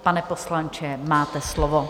Pane poslanče, máte slovo.